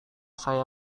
saya